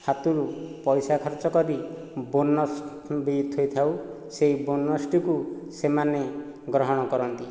ହାତରୁ ପଇସା ଖର୍ଚ୍ଚ କରି ବୋନସ୍ ବି ଦେଇଥାଉ ସେଇ ବୋନସ୍ଟିକୁ ସେମାନେ ଗ୍ରହଣ କରନ୍ତି